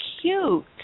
cute